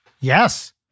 yes